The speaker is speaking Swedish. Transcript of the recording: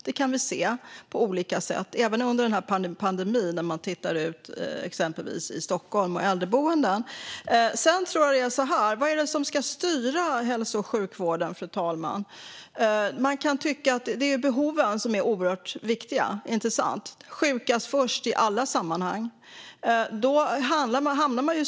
Det kan vi se på olika sätt, även under den här pandemin, när vi tittar på exempelvis Stockholm och äldreboenden. Fru talman! Vad är det som ska styra hälso och sjukvården? Det är behoven som är oerhört viktiga, inte sant? Sjukast ska gå först i alla sammanhang.